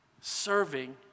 serving